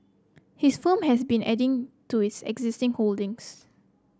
his firm has been adding to its existing holdings